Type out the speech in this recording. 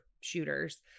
shooters